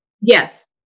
yes